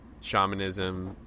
shamanism